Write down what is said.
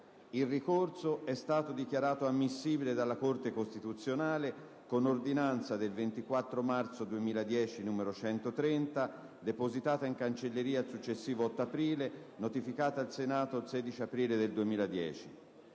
Il ricorso è stato dichiarato ammissibile dalla Corte costituzionale con ordinanza del 24 marzo 2010, n. 130, depositata in cancelleria il successivo 8 aprile e notificata al Senato il 16 aprile 2010.